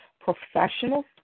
professional